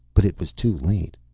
but it was too late.